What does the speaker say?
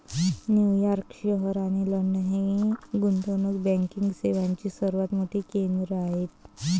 New York शहर आणि London ही गुंतवणूक बँकिंग सेवांची सर्वात मोठी केंद्रे आहेत